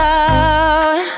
out